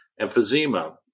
emphysema